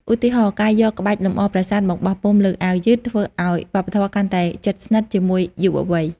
ឧទាហរណ៍ ការយក ក្បាច់លម្អប្រាសាទ មកបោះពុម្ពលើអាវយឺត ធ្វើឱ្យវប្បធម៌កាន់តែជិតស្និទ្ធជាមួយយុវវ័យ។